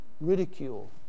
Ridicule